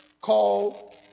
called